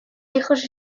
hijos